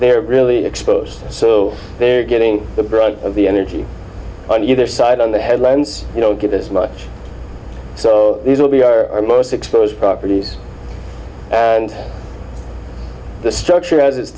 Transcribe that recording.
they are really exposed so they're getting the brunt of the energy on either side on the headlines you know get as much so these will be our most exposed properties and the structure as it's